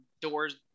doors